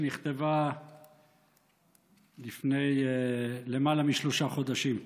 שנכתבה לפני למעלה משלושה חודשים.